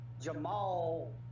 Jamal